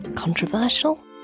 Controversial